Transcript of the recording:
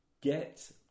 Get